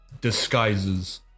disguises